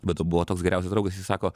be to buvo toks geriausias draugas jis sako